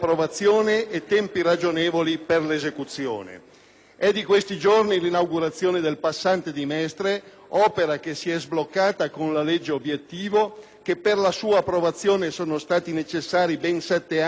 È di questi giorni l'inaugurazione del passante di Mestre, opera che si è sbloccata con la legge Obiettivo, per la cui approvazione sono stati necessari ben sette anni mentre per l'esecuzione soltanto quattro.